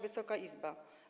Wysoka Izbo!